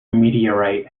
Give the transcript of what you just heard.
meteorite